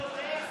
בבקשה.